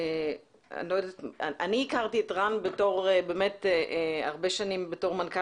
אני הכרתי את רן הרבה שנים בתור מנכ"ל